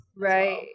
right